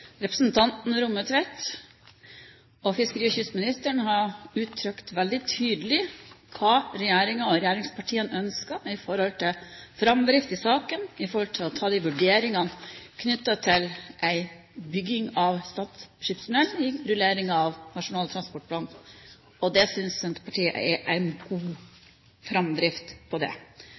Representanten Rommetveit og fiskeri- og kystministeren har gitt veldig tydelig uttrykk for hva regjeringen og regjeringspartiene ønsker når det gjelder framdrift i saken, og det å ta vurderingene knyttet til en bygging av Stad skipstunnel i rulleringen av Nasjonal transportplan. Det synes Senterpartiet er en god framdrift. Så jeg vurderer det på